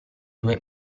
due